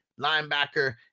linebacker